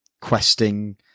questing